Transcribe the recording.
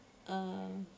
uh